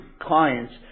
clients